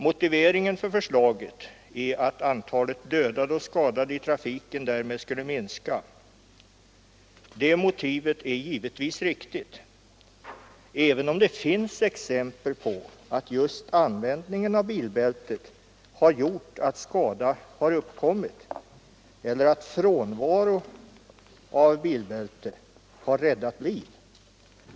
Motiveringen för förslaget är att antalet dödade och skadade i trafiken därmed skulle minska. Det motivet är givetvis riktigt, även om det också finns exempel på att just användningen av bilbälte har gjort att skada har uppkommit eller att frånvaron av bilbälte har räddat liv.